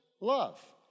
love